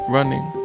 Running